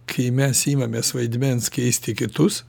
kai mes imamės vaidmens keisti kitus